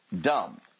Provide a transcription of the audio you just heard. dumb